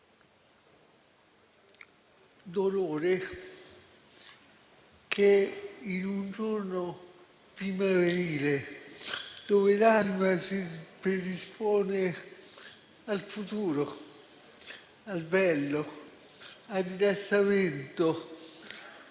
dolore che in un giorno primaverile, dove l'anima si predispone al futuro, al bello, al rilassamento,